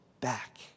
back